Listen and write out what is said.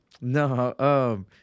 No